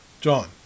John